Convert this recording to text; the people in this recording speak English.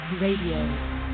Radio